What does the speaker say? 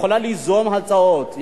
יכולה ליזום הצעות,